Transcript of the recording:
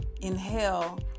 Inhale